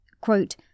quote